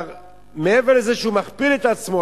מעבר לזה שהמספר מכפיל את עצמו,